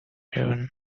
driven